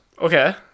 Okay